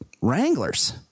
Wranglers